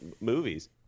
movies